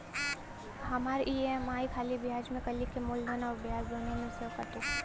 हमार ई.एम.आई खाली ब्याज में कती की मूलधन अउर ब्याज दोनों में से कटी?